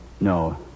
No